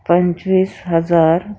पंचवीस हजार